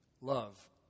love